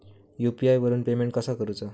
UPI वरून payment कसा करूचा?